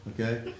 Okay